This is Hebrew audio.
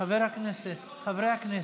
חברי הכנסת,